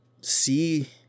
see